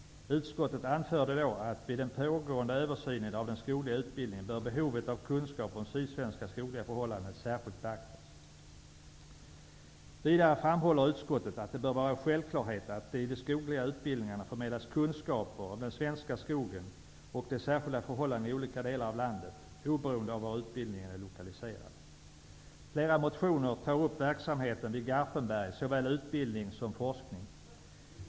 Utskottet anförde då att vid den pågående översynen av den skogliga utbildningen bör behovet av kunskap om sydsvenska skogliga förhållanden särskilt beaktas. Vidare framhåller utskottet att det bör vara en självklarhet att det i de skogliga utbildningarna förmedlas kunskaper om den svenska skogen och de särskilda förhållandena i olika delar av landet, oberoende av var utbildningen är lokaliserad. I flera motioner tas verksamheten vid Garpenberg upp, såväl utbildning som forskning.